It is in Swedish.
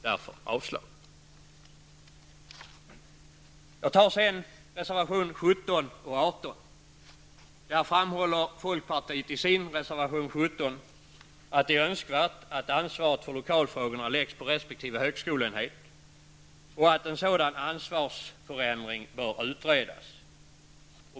Därför yrkar jag avslag på reservationen. Folkpartiet framhåller i reservation 17 att det är önskvärt att ansvaret för lokalfrågorna läggs på resp. högskoleenhet och att en sådan ansvarsförändring bör utredas.